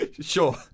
Sure